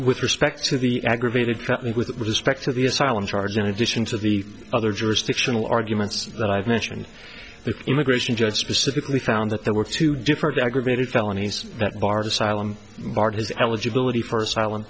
with respect to the aggravated felony with respect to the asylum charge in addition to the other jurisdictional arguments that i've mentioned the immigration judge specifically found that there were two different aggravated felonies that barred asylum marked his eligibility for